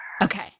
Okay